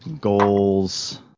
Goals